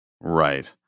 Right